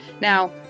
Now